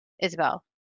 Isabel